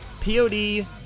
POD